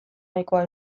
nahikoa